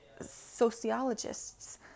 sociologists